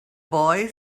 boy